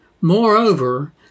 Moreover